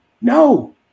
No